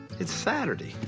it's saturday.